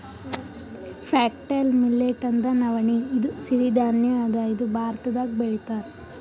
foxtail millet ಅಂದ್ರ ನವಣಿ ಇದು ಸಿರಿ ಧಾನ್ಯ ಅದಾ ಇದು ಭಾರತ್ದಾಗ್ ಬೆಳಿತಾರ್